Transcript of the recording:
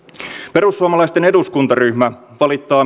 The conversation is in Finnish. perussuomalaisten eduskuntaryhmä valittaa